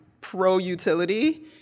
pro-utility